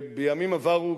בימים עברו,